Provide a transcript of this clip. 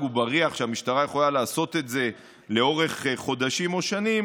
ובריח ושהמשטרה יכולה לעשות את זה לאורך חודשים או שנים,